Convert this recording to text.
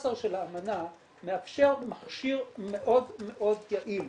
שמאפשר מכשיר מאוד מאוד יעיל,